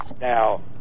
now